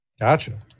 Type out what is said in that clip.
gotcha